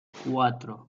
cuatro